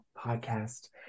podcast